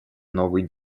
новый